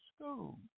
school